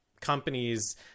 companies